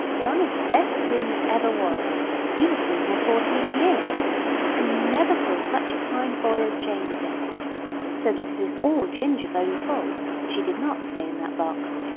john is the best groom that ever was he has been here fourteen years and you never saw such a kind boy as james is so that it is all ginger's own fault that she did not stay in that box.